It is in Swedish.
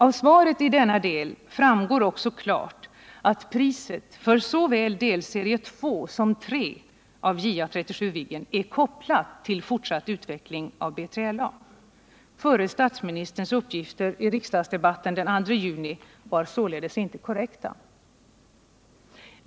Av svaret i denna del framgår också klart att priset för såväl delserie 2 som delserie 3 av JA 37 Viggen är kopplat till fortsatt utveckling av B3LA. Förre statsministerns uppgifter i riksdagsdebatten den 2 juni var således inte korrekta.